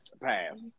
Pass